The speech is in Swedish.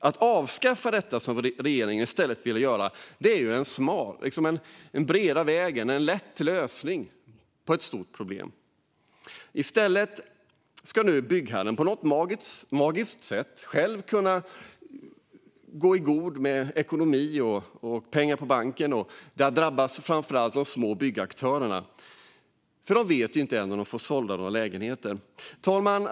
Att avskaffa dem, så som regeringen vill, utgör den breda vägen, en lätt lösning, för ett stort problem. Byggherren ska på något magiskt sätt själv kunna skapa en god ekonomi och ha pengar på banken. Detta drabbar framför allt de små byggaktörerna, eftersom de inte vet om de kan sälja några lägenheter. Fru talman!